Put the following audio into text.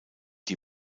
die